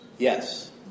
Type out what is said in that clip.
Yes